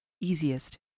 easiest